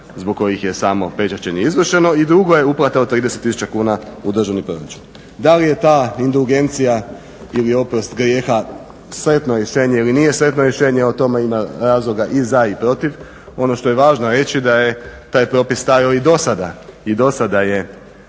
zbog kojih je samo pečaćenje izvršeno i drugo je uplata od 30 tisuća kuna u Državni proračun. Da li je ta …/Govornik se ne razumije./… ili oprost grijeha sretno rješenje ili nije sretno rješenje o tome ima razloga i za i protiv. Ono što je važno reći da je taj propis stajao i do sada, i do sada je